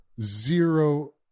zero